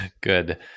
Good